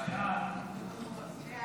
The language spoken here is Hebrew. סעיפים 1 3